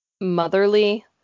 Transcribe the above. motherly